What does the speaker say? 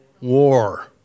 war